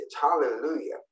Hallelujah